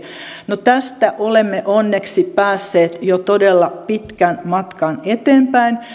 no tästä olemme onneksi päässeet jo todella pitkän matkan eteenpäin